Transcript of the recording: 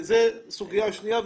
זו סוגיה שנייה.